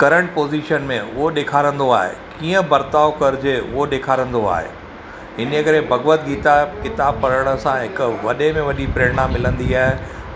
current position में उहो ॾेखारंदो आहे कीअं वर्ताउ करिजे उहो ॾेखारंदो आहे इन ई करे भगवत गीता किताब पढ़नि सां हिकु वॾे में वॾी प्रेरणा मिलंदी आहे